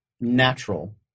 natural